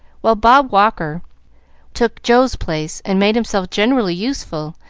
while bob walker took joe's place and made himself generally useful,